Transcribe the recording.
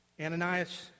Ananias